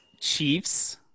Chiefs